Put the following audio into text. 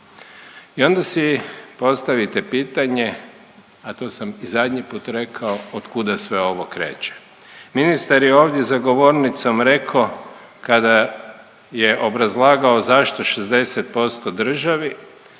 I onda si postavite pitanje, a to sam i zadnji put rekao, od kuda sve ovo kreće? Ministar je ovdje za govornicom reko kada je obrazlagao zašto 60% državi,